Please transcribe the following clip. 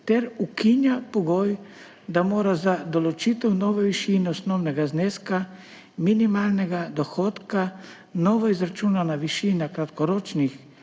ter ukinja pogoj, da mora za določitev nove višine osnovnega zneska minimalnega dohodka novo izračunana višina kratkoročnih